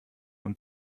und